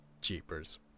jeepers